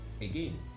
Again